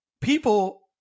people